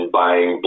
buying